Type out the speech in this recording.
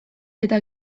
eta